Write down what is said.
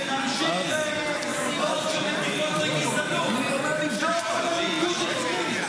ונמשיך לסיעות שמטיפות לגזענות, שגם הליכוד הסכים.